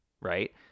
Right